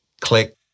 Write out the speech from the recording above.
Click